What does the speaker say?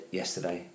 yesterday